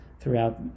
throughout